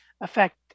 affect